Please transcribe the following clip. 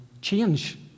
change